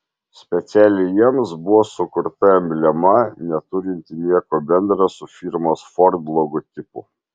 specialiai jiems buvo sukurta emblema neturinti nieko bendra su firmos ford logotipu